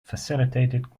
facilitated